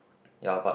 ya but